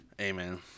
Amen